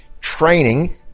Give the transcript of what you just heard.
training